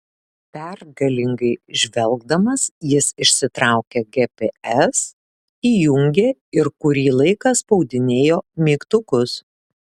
pergalingai žvelgdamas jis išsitraukė gps įjungė ir kurį laiką spaudinėjo mygtukus